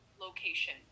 location